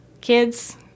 Kids